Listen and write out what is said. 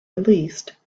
released